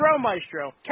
Maestro